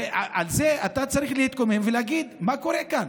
ועל זה אתה צריך להתקומם ולהגיד מה קורה כאן.